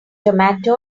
tomato